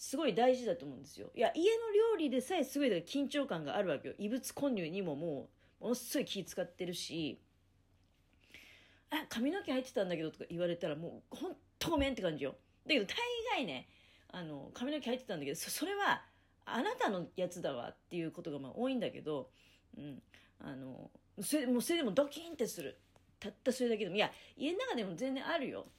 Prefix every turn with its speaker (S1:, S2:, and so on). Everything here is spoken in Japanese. S1: すごい大事だと思うんですよ。いや、家の料理でさえすごいだから緊張感があるわけよ。異物混入にももうものすごい気使ってるし。「あ、髪の毛入ってたんだけど」とか言われたらもうほんとごめんって感じよ。だけど大概ね、あの、髪の毛入ってたんだけど、そ- それはあなたのやつだわっていうことがまあ多いんだけど。うん。あの、それで、もうそれでもドキンってする。たったそれだけでも。いや、家の中でも全然あるよ。